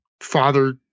father